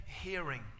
hearing